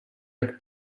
jak